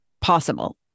possible